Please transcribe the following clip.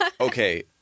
Okay